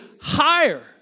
higher